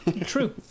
true